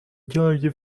делаете